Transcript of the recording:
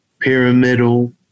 Pyramidal